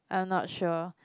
I'm not sure